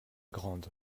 grande